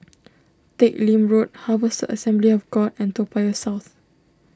Teck Lim Road Harvester Assembly of God and Toa Payoh South